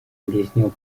объяснил